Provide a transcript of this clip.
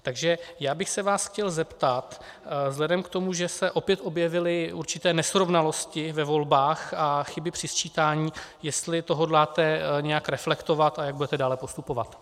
Takže bych se vás chtěl zeptat, vzhledem k tomu, že se opět objevily určité nesrovnalosti ve volbách a chyby při sčítání, jestli to hodláte nějak reflektovat a jak budete dále postupovat.